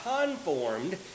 conformed